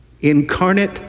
Incarnate